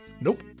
Nope